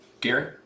Gary